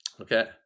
Okay